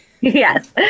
Yes